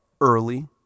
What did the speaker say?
early